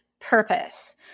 purpose